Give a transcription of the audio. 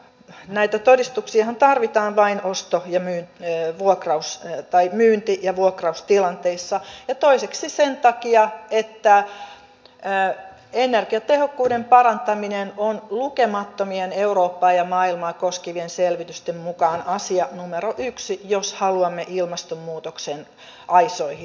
näitä todistuksiahan tarvitaan vain ostaja myi ne vuokrausta tai myynti ja vuokraustilanteissa ja toiseksi sen takia että energiatehokkuuden parantaminen on lukemattomien eurooppaa ja maailmaa koskevien selvitysten mukaan asia numero yksi jos haluamme ilmastonmuutoksen aisoihin